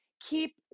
keep